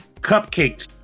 cupcakes